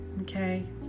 okay